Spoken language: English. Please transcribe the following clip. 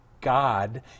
God